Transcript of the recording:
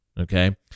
Okay